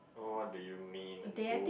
w~ what do you mean good